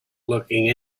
looking